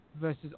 versus